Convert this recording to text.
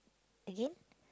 again